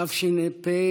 תש"ף,